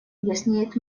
яснеет